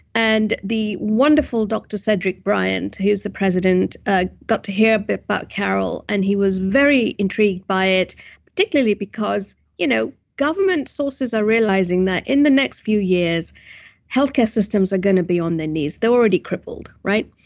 and the wonderful dr. cedric bryant, who's the president ah got to hear but but car o l, and he was very intrigued by it particularly because you know government sources are realizing that in the next few healthcare systems are going to be on their knees, they're already crippled, right?